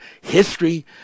history